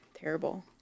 terrible